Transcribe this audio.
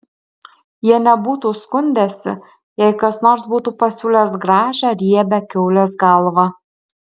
jie nebūtų skundęsi jei kas nors būtų pasiūlęs gražią riebią kiaulės galvą